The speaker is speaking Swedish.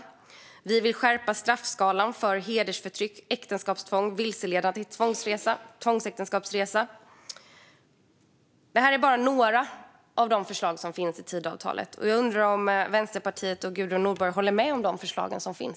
Och vi vill skärpa straffskalan för hedersförtryck, äktenskapstvång och vilseledande till tvångsäktenskapsresa. Det är bara några av de förslag som finns i Tidöavtalet. Jag undrar om Vänsterpartiet och Gudrun Nordborg håller med om de förslagen.